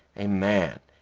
a man,